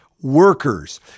workers